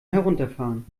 herunterfahren